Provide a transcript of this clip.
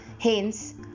Hence